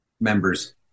members